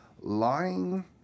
lying